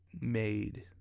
made